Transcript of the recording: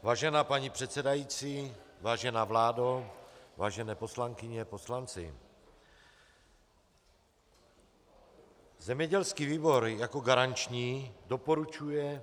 Vážená paní předsedající, vážená vládo, vážené poslankyně, poslanci, zemědělský výbor jako garanční doporučuje